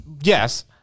Yes